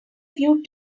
few